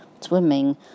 swimming